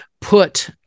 put